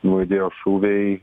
nuaidėjo šūviai